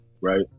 right